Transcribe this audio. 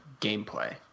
gameplay